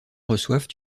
reçoivent